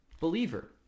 Believer